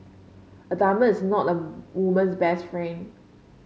a diamond is not a woman's best friend